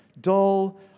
dull